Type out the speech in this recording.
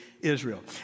Israel